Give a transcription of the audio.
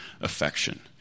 affection